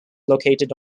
located